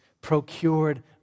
procured